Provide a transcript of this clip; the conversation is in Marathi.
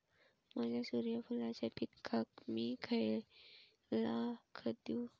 माझ्या सूर्यफुलाच्या पिकाक मी खयला खत देवू?